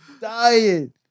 dying